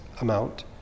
amount